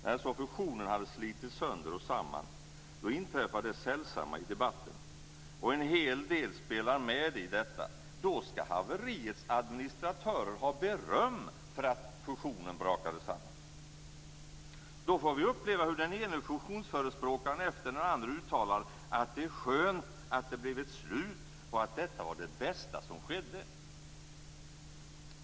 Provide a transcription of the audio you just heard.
När så fusionen har slitits sönder och samman, inträffar det sällsamma i debatten - och en hel del spelar med i detta - att haveriets administratörer ska ha beröm för att fusionen brakade samman. Då får vi uppleva hur den ene fusionsförespråkaren efter den andra uttalar att det är skönt att det blev ett slut och att detta var det bästa som skedde.